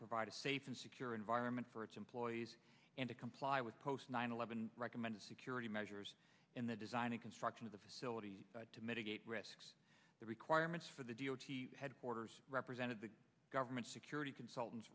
provide a safe and secure environment for its employees and to comply with post nine eleven recommended security measures in the design and construction of the facility to mitigate risks the requirements for the d o t headquarters represented the government security consultant